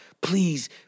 please